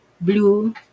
blue